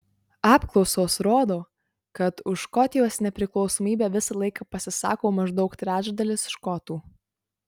apklausos rodo kad už škotijos nepriklausomybę visą laiką pasisako maždaug trečdalis škotų